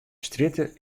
strjitte